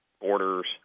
borders